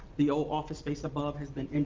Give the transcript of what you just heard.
the old office space above has been and